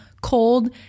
cold